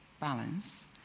balance